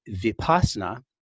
Vipassana